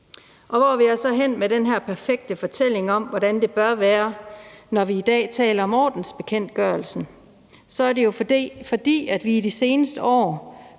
Hvor vil jeg så hen med den her perfekte fortælling om, hvordan det bør være, når vi i dag taler om ordensbekendtgørelsen? Jeg nævner det jo, fordi vi i de seneste år